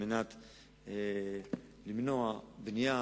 כדי למנוע בנייה